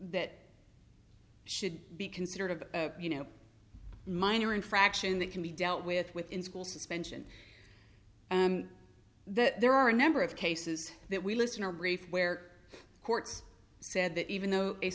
that should be considered of you know minor infraction that can be dealt with within school suspension that there are a number of cases that we listen our brief where courts said that even though a